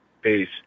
Peace